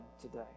today